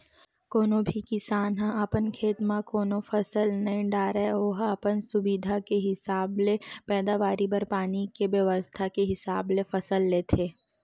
कोनो भी किसान ह अपन खेत म कोनो फसल नइ डारय ओहा अपन सुबिधा के हिसाब ले पैदावारी बर पानी के बेवस्था के हिसाब ले फसल लेथे